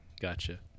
gotcha